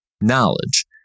knowledge